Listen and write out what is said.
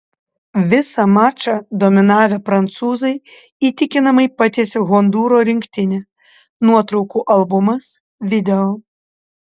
visą mačą dominavę prancūzai įtikinamai patiesė hondūro rinktinę nuotraukų albumas video